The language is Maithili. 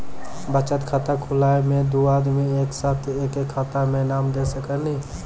बचत खाता खुलाए मे दू आदमी एक साथ एके खाता मे नाम दे सकी नी?